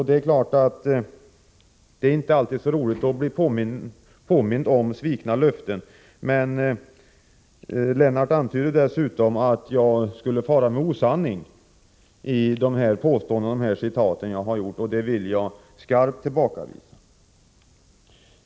Det är förstås inte alltid så roligt att bli påmind om svikna löften. Men Lennart Nilsson antydde dessutom att jag skulle ha farit med osanning i mina citat, och det vill jag skarpt tillbakavisa.